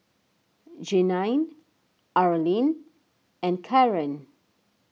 Jeanine Arlene and Karon